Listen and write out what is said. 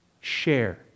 Share